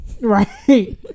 right